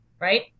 right